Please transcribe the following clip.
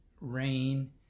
rain